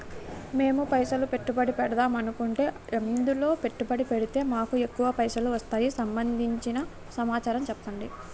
మేము పైసలు పెట్టుబడి పెడదాం అనుకుంటే ఎందులో పెట్టుబడి పెడితే మాకు ఎక్కువ పైసలు వస్తాయి సంబంధించిన సమాచారం చెప్పండి?